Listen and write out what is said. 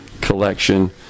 collection